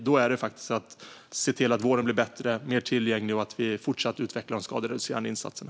Det handlar i stället om att förbättra vården, att göra den mer tillgänglig och att fortsätta utveckla de skadereducerande insatserna.